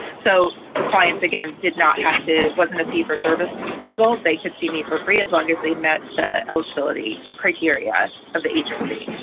so the clients, again, did not have to wasn't a fee for service model. they could see me for free as long as they met the eligibility criteria of the agency.